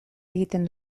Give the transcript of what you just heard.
egiten